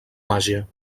màgia